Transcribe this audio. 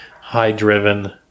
high-driven